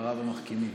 לדבריו המחכימים.